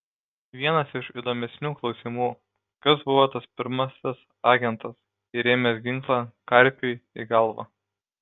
vienas iš įdomesnių klausimų kas buvo tas pirmasis agentas įrėmęs ginklą karpiui į galvą